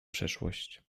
przeszłość